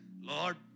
Lord